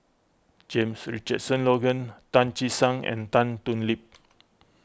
James Richardson Logan Tan Che Sang and Tan Thoon Lip